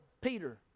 Peter